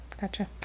Gotcha